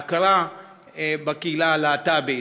בהכרה בקהילה הלהט"בית,